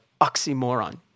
oxymoron